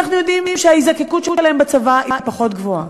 אלא כי אנחנו יודעים שההיזקקות להם בצבא היא פחות גבוהה.